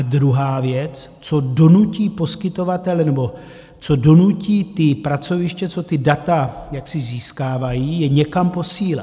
Druhá věc, co donutí poskytovatele nebo co donutí ta pracoviště, co ta data získávají, je někam je posílat.